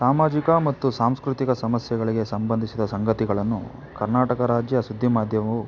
ಸಾಮಾಜಿಕ ಮತ್ತು ಸಾಂಸ್ಕೃತಿಕ ಸಮಸ್ಯೆಗಳಿಗೆ ಸಂಬಂಧಿಸಿದ ಸಂಗತಿಗಳನ್ನು ಕರ್ನಾಟಕ ರಾಜ್ಯ ಸುದ್ದಿ ಮಾಧ್ಯಮವು